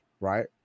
right